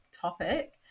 topic